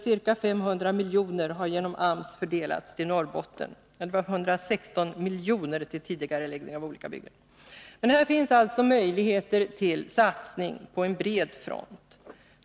Ca 500 milj.kr. har genom AMS fördelats till Norrbotten. Här finns möjligheter till satsningar på en bred front.